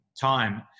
time